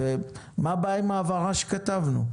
מה הבעיה עם ההבהרה שכתבנו?